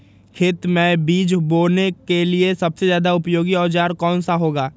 खेत मै बीज बोने के लिए सबसे ज्यादा उपयोगी औजार कौन सा होगा?